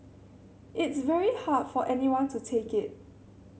it's very hard for anyone to take it